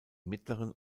mittleren